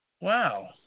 Wow